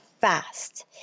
fast